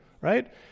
right